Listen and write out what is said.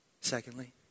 Secondly